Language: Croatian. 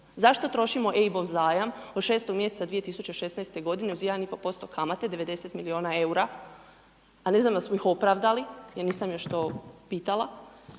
Zašto trošimo EIB-ov zajam od 6 mjeseca 2016. godine uz 1,5% kamate 90 milijuna EUR-a, a ne znamo da smo ih opravdali, jer nisam još to pitala,